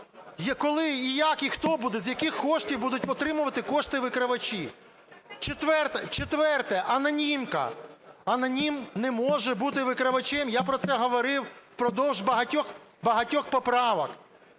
Коли і як, і хто буде, з яких коштів будуть отримувати кошти викривачі? Четверте: анонімка. Анонім не може бути викривачем, я про це говорив впродовж багатьох поправок.